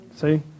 See